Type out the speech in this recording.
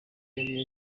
yari